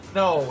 no